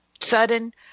Sudden